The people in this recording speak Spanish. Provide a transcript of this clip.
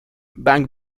bang